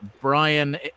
Brian